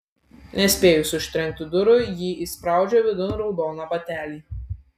nespėjus užtrenkti durų ji įspraudžia vidun raudoną batelį